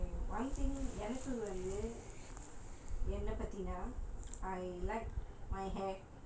uh okay one thing எனக்கு வந்து என்ன பத்தினா:enaku vanthu enna pathinna I like my hair